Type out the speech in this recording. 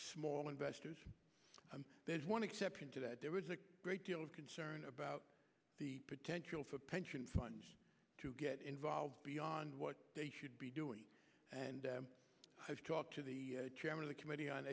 small investors there's one exception to that there is a great deal of concern about the potential for pension funds to get involved beyond what they should be doing and i've talked to the chairman of the committee on